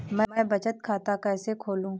मैं बचत खाता कैसे खोलूँ?